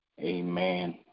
amen